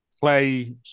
play